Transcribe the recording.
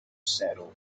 saddle